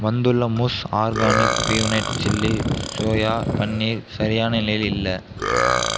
வந்துள்ள mousse organic peanut chilli soya paneer சரியான நிலையில் இல்லை